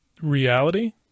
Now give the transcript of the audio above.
reality